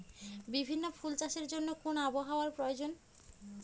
বিভিন্ন ফুল চাষের জন্য কোন আবহাওয়ার প্রয়োজন?